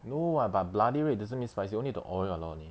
no [what] but bloody red doesn't mean spicy only the oil a lot only